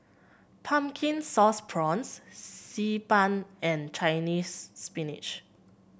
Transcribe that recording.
Pumpkin Sauce Prawns Xi Ban and Chinese Spinach